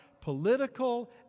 political